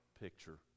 picture